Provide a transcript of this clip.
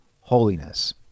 holiness